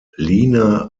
lina